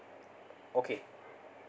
okay